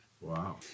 Wow